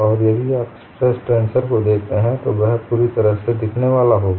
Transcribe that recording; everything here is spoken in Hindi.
और यदि आप स्ट्रेस टेंसर को देखते हैं तो वह पूरी तरह से दिखने वाला होगा